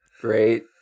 Great